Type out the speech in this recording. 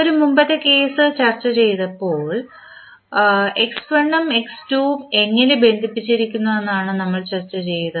മുമ്പത്തെ കേസ് ചർച്ച ചെയ്തപ്പോൾ x1 ഉം x2 ഉം എങ്ങനെ ബന്ധപ്പെട്ടിരിക്കുന്നുവെന്ന് നമ്മൾ ചർച്ച ചെയ്യും